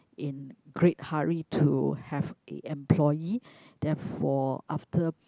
in great hurry to have a employee therefore after